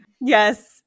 Yes